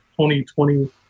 2020